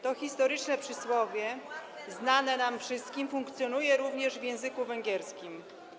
To historyczne przysłowie, znane nam wszystkim, funkcjonuje również w języku węgierskim.